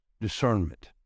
Discernment